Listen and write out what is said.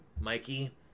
Mikey